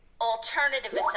alternative